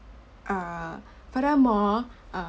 err furthermore um